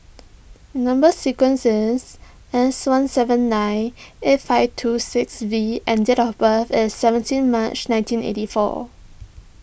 Number Sequence is S one seven nine eight five two six V and date of birth is seventeen March nineteen eighty four